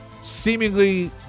seemingly